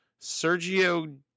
Sergio